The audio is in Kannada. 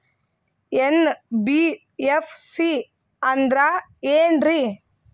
ಎನ್.ಬಿ.ಎಫ್.ಸಿ ಅಂದ್ರ ಏನ್ರೀ?